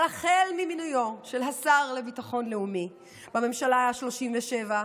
אבל החל ממינויו של השר לביטחון לאומי בממשלה השלושים-ושבע,